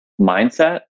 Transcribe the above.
mindset